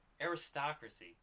aristocracy